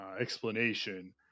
explanation